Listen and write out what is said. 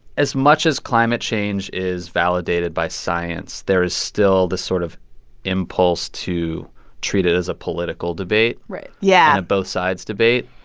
as much as climate change is validated by science, there is still this sort of impulse to treat it as a political debate. right yeah. and a both-sides debate